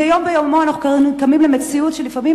מדי יום ביומו אנחנו קמים למציאות שלפעמים,